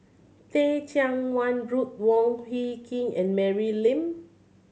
Teh Cheang Wan Ruth Wong Hie King and Mary Lim